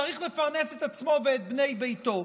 צריך לפרנס את עצמו ואת בני ביתו.